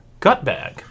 Gutbag